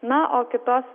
na o kitos